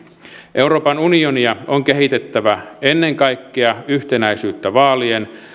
euroopan unionia on kehitettävä ennen kaikkea yhtenäisyyttä vaalien